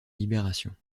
libération